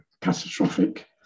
catastrophic